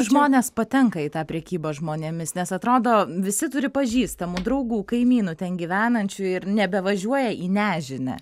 žmonės patenka į tą prekybą žmonėmis nes atrodo visi turi pažįstamų draugų kaimynų ten gyvenančių ir nebevažiuoja į nežinią